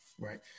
Right